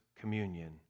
communion